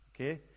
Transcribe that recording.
Okay